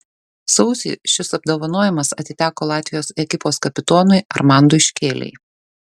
sausį šis apdovanojimas atiteko latvijos ekipos kapitonui armandui škėlei